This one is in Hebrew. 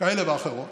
כאלה ואחרות